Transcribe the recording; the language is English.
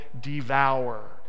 devour